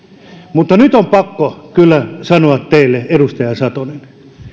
mutta nyt on pakko kyllä sanoa teille edustaja satonen